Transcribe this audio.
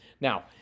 Now